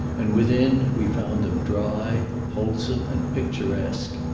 and within we found them dry, wholesome, and picturesque.